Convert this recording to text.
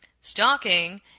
stalking